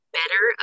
better